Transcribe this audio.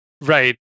Right